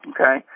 Okay